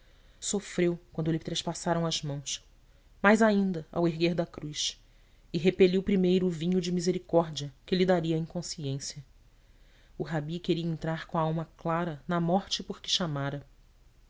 fim sofreu quando lhe trespassaram as mãos mais ainda ao erguer da cruz e repeliu primeiro o vinho de misericórdia que lhe daria a inconsciência o rabi queria entrar com a alma clara na morte por que chamara